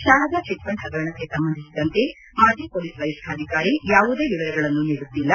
Sharada chit fund ಹಗರಣಕ್ಕೆ ಸಂಬಂಧಿಸಿದಂತೆ ಮಾಜಿ ಪೊಲೀಸ್ ವರಿಷ್ಠಾಧಿಕಾರಿ ಯಾವುದೇ ವಿವರಗಳನ್ನು ನೀಡುತ್ತಿಲ್ಲ